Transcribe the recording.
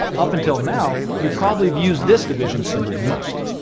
up until now, you probably have used this division symbol the most.